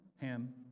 Ham